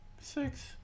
six